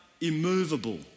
immovable